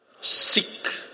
Seek